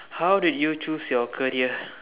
how did you choose your career